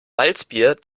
malzbier